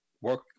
work